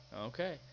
Okay